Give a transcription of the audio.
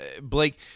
Blake